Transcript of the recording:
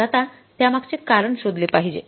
तर आता त्यामागचे कारण शोधले पाहिजे